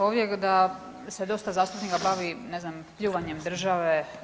Ovdje da se dosta zastupnika bavi ne znam pljuvanjem države.